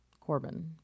Corbin